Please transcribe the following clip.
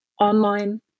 online